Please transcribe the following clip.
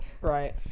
right